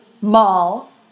mall